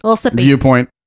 viewpoint